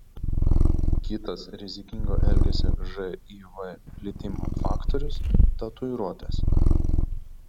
kitas rizikingo elgesio živ plitimo faktorius tatuiruotės